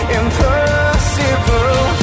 impossible